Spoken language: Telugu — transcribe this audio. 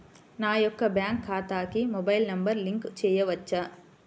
నా యొక్క బ్యాంక్ ఖాతాకి మొబైల్ నంబర్ లింక్ చేయవచ్చా?